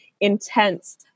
intense